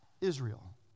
Israel